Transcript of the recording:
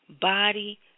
body